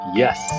yes